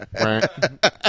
Right